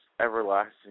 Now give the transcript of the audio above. everlasting